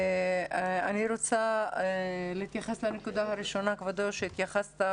אני רוצה להתייחס לנקודה הראשונה אליה התייחס השר,